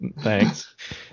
Thanks